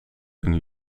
een